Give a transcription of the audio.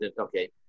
Okay